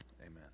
amen